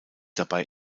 dabei